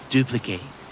Duplicate